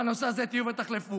בנושא הזה תהיו ותחלפו.